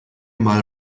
mal